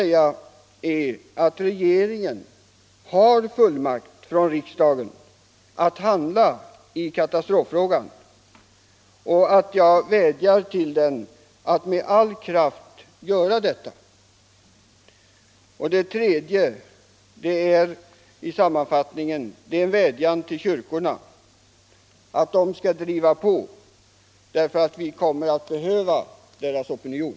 Regeringen har fullmakt från riksdagen att handla i katastroffrågan, och jag vädjar till den att med all kraft göra detta. 3. Jag vädjar till kyrkorna att de skall driva på, därför att vi kommer att behöva deras opinion.